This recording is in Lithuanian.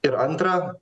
ir antra